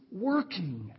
working